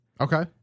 Okay